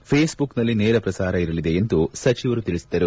ಫೇಸ್ಬುಕ್ನಲ್ಲಿ ನೇರ ಪ್ರಸಾರ ಇರಲಿದೆ ಎಂದು ಸಚಿವರು ತಿಳಿಸಿದರು